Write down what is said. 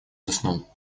заснул